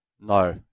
no